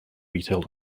retail